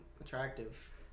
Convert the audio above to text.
attractive